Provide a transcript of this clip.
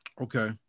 Okay